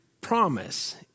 promise